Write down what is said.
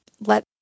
let